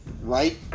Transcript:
Right